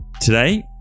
Today